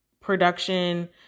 production